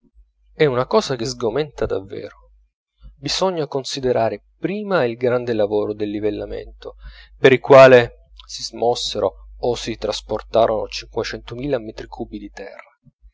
è una cosa che sgomenta davvero bisogna considerare prima il grande lavoro del livellamento per il quale si smossero o si trasportarono cinquecentomila metri cubi di terra